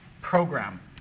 program